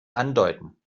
andeuten